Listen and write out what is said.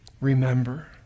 Remember